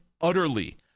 utterly